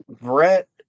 Brett